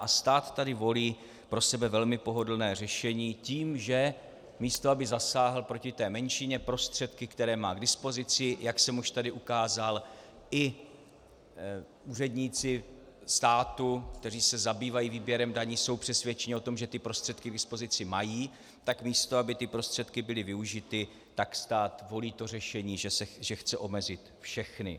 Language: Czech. A stát tady volí pro sebe velmi pohodlné řešení tím, že místo aby zasáhl proti té menšině prostředky, které má k dispozici jak jsem už tady ukázal, i úředníci státu, kteří se zabývají výběrem daní, jsou přesvědčeni o tom, že ty prostředky k dispozici mají , tak místo aby ty prostředky byly využity, tak stát volí to řešení, že chce omezit všechny.